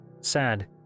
sad